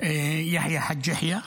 יחיא חאג' יחיא.